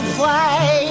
play